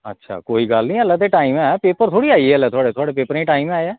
अच्छा ऐल्ली ते टाईम ऐ पेपर थोह्ड़े आई गेदे थुआढ़े पेपरें ई ऐल्ली टैम ऐ